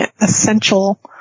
essential